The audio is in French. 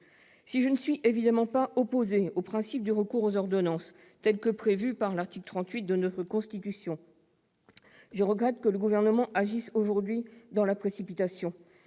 Si je ne suis évidemment pas opposée au principe du recours aux ordonnances, tel que prévu par l'article 38 de notre Constitution, je regrette que le Gouvernement agisse aujourd'hui dans la précipitation.